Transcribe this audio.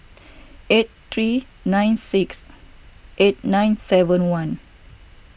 eight three nine six eight nine seven one